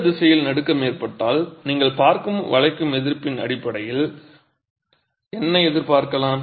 இந்த திசையில் நடுக்கம் ஏற்பட்டால் நீங்கள் பார்க்கும் வளைக்கும் எதிர்ப்பின் அடிப்படையில் என்ன எதிர்பார்க்கலாம்